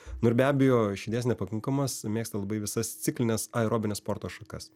na ir be abejo širdies nepakankamumas mėgsta labai visas ciklines aerobinės sporto šakas